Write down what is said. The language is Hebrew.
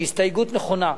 שהיא הסתייגות נכונה,